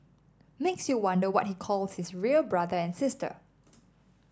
makes you wonder what he calls his real brother and sister